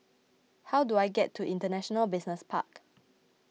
how do I get to International Business Park